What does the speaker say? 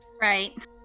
Right